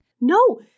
No